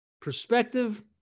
perspective